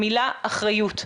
המילה אחריות.